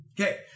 Okay